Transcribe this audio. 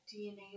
DNA